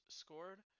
scored